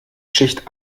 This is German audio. schicht